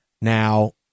Now